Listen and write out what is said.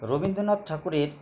রবীন্দ্রনাথ ঠাকুরের